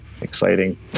exciting